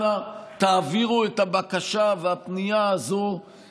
אנא תעבירו את הבקשה והפנייה הזו